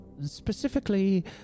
specifically